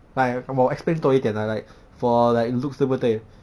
like 我 explain 多一点 lah like for like looks 对不对